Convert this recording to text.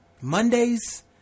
Mondays